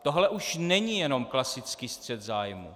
Tohle už není jenom klasický střet zájmů.